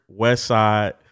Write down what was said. Westside